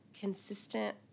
consistent